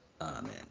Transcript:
Amen